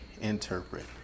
interpret